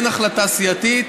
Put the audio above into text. אין החלטה סיעתית,